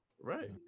Right